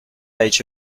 age